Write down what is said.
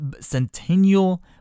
centennial